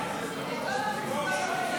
התשפ"ד 2024,